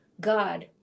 God